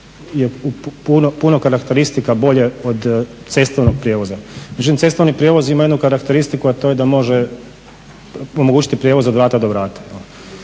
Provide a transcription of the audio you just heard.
je u puno karakteristika bolje od cestovnog prijevoza. Međutim, cestovni prijevoz ima jednu karakteristiku, a to je da može omogućiti prijevoz od vrata do vrata.